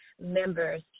members